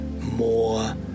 more